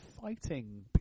fighting